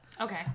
Okay